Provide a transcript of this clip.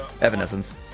Evanescence